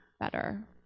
better